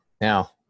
now